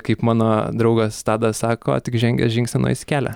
kaip mano draugas tadas sako tik žengęs žingsnį nueisi kelią